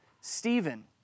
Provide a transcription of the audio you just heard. Stephen